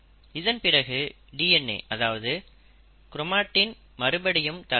இதன்பிறகு டிஎன்ஏ அதாவது க்ரோமாட்டின் மறுபடியும் தளர்வடையும்